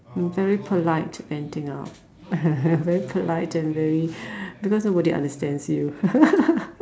very polite venting out very polite and very because nobody understands you